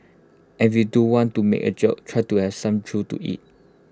and if you do want to make A joke try to have some truth to IT